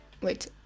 Wait